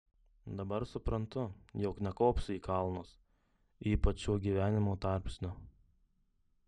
dabar suprantu jog nekopsiu į kalnus ypač šiuo gyvenimo tarpsniu